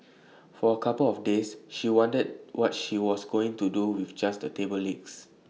for A couple of days she wondered what she was going to do with just the table legs